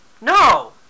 No